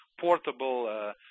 portable